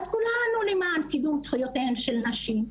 אז כולנו למען קידום זכויותיהן של נשים,